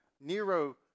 Nero